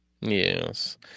yes